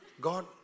God